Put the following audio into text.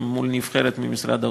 מול נבחרת ממשרד האוצר.